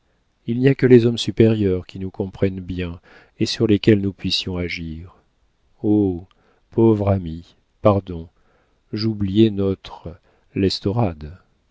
il n'y a que les hommes supérieurs qui nous comprennent bien et sur lesquels nous puissions agir oh pauvre amie pardon j'oubliais notre